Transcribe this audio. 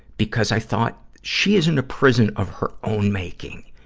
because i thought, she is in a prison of her own making.